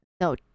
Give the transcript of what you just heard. no